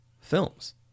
films